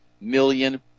million